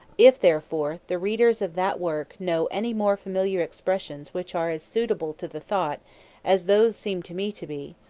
if, therefore, the readers of that work know any more familiar expressions which are as suitable to the thought as those seem to me to be,